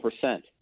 percent